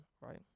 right